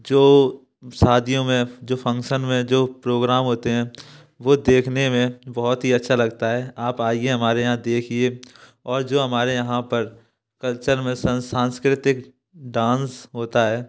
जो शादियों में जो फंक्शन में जो प्रोग्राम होते हैं वो देखने में बहुत ही अच्छा लगता है आप आइए हमारे यहाँ देखिए और जो हमारे यहाँ पर कल्चर में सांस्कृतिक डांस होता है